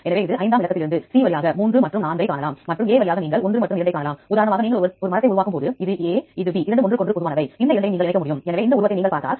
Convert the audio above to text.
எனவே நீங்கள் Swiss Prot மேல் விருப்பம் வழியாக சென்றால் அங்கு வரிசை முறைகள் மற்றும் உள்ளீடுகளின் பொதுவான விவரங்கள் இருப்பதை காணலாம்